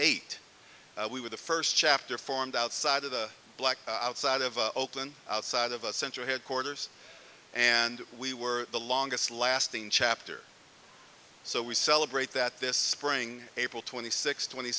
eight we were the first chapter formed outside of the black outside of oakland outside of our central headquarters and we were the longest lasting chapter so we celebrate that this spring april twenty